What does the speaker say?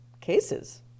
cases